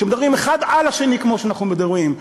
שמדברים אחד על השני כפי שאנחנו מדברים,